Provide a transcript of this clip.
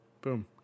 Boom